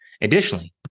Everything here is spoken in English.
Additionally